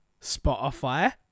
Spotify